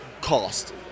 cost